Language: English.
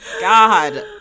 God